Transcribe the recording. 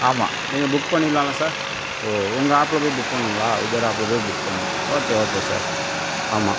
ஆமா நீங்கள் புக் பண்ணிடலாம்ல சார் ஓ உங்க ஆப்பில் போய் புக் பண்ணணுங்களா உபேர் ஆப்பில் போய் புக் பண்ணணும் ஓகே ஓகே சார் ஆமா